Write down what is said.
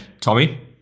Tommy